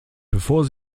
bevor